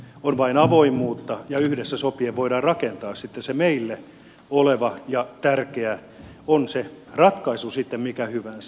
on vain avoimuutta ja yhdessä sopien voidaan rakentaa sitten se meille oleva ja tärkeä on se ratkaisu sitten mikä hyvänsä